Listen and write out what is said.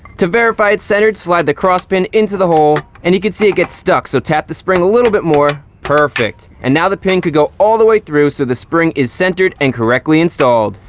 to verify it's centered, slide the cross pin into the hole, and you can see it gets stuck, so tap the spring a little bit more. perfect. and now, the pin can go all the way through, so the spring is centered and correctly installed.